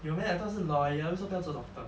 有 meh I thought 是 lawyer 为什么不要做 doctor